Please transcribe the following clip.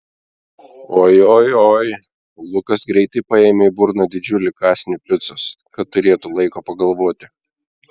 oi oi oi lukas greitai paėmė į burną didžiulį kąsnį picos kad turėtų laiko pagalvoti